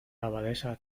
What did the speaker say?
abadesa